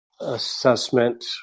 assessment